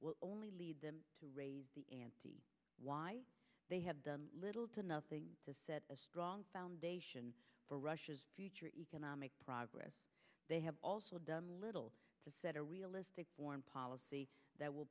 only lead them to raise the ante why they have done little to nothing to set a strong foundation for russia's future economic progress they have also done little to set a realistic foreign policy that will